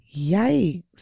Yikes